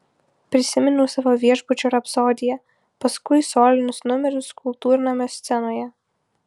prisiminiau savo viešbučio rapsodiją paskui solinius numerius kultūrnamio scenoje